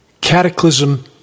Cataclysm